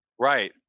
Right